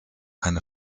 eine